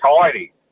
tidy